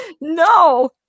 no